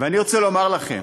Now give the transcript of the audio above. ואני רוצה לומר לכם,